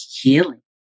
Healing